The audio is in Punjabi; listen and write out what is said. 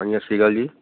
ਹਾਂਜੀ ਸਤਿ ਸ਼੍ਰੀ ਅਕਾਲ ਜੀ